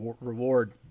reward